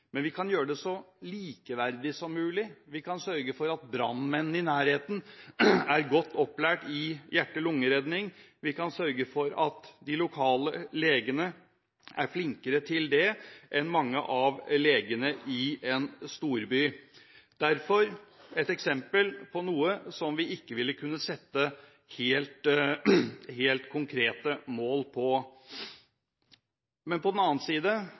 vi kan sørge for at brannmennene i nærheten er godt opplært i hjerte- og lungeredning. Vi kan sørge for at de lokale legene er flinkere til det enn mange av legene i en storby. Derfor er det et eksempel på noe som vi ikke vil kunne sette helt konkrete mål på. På den annen side,